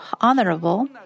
honorable